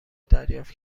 دریافت